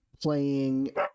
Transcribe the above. playing